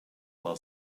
while